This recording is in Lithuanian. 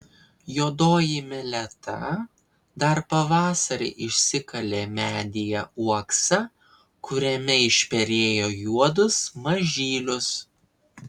juodoji meleta dar pavasarį išsikalė medyje uoksą kuriame išperėjo juodus mažylius